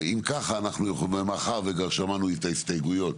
ואם ככה, ומאחר שכבר שמענו את נימוקי ההסתייגויות,